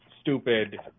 stupid